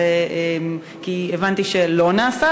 כי הבנתי שלא היה.